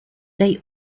they